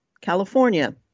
California